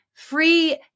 free